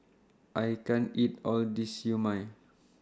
I can't eat All This Siew Mai